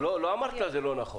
לא אמרת לה שזה לא נכון.